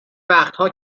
وقتها